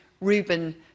Ruben